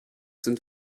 sind